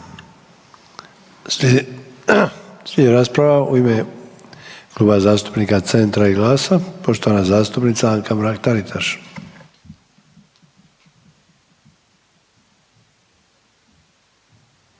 Slijedi rasprava u ime Kluba zastupnika Centra i GLAS-a, poštovana zastupnica Anka Mrak-Taritaš.